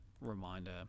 reminder